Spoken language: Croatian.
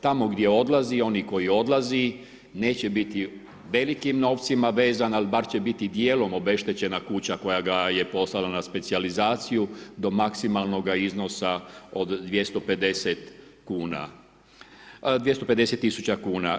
Tamo gdje odlazi oni koji odlazi neće biti velikim novcima vezan ali bar će biti djelomično obeštećena kuća koja ga je poslala na specijalizaciju do maksimalnoga iznosa do 250 kuna, 250 tisuća kuna.